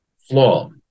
flaw